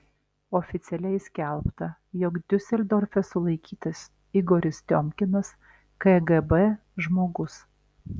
oficialiai skelbta jog diuseldorfe sulaikytas igoris tiomkinas kgb žmogus